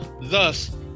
Thus